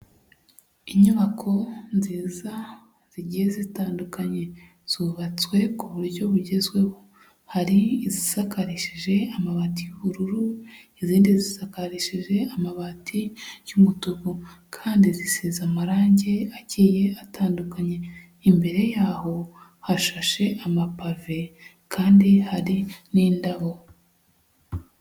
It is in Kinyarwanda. Inyubako nziza zigiye zitandukanye, zubatswe ku buryo bugezweho, hari izisakarishije amabati y'ubururu, izindi zisakarishije amabati y'umutuku, kandi zisize amarange agiye atandukanye, imbere yaho hashashe amapave, kandi hari n'indabo.